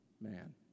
man